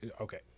Okay